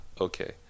okay